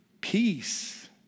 peace